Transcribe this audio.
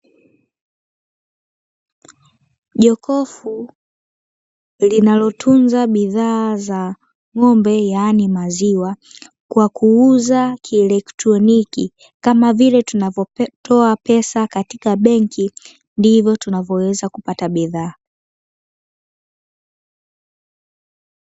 Jokofu linalotunza bidhaa za ng'ombe yaani maziwa kwa kuuza kielektroniki, kama vile tunavyotoa pesa katika benki ndivyo tunavyoweza kupata bidhaa.